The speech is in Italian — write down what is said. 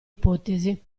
ipotesi